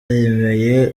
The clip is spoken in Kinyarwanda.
yemeye